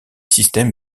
systèmes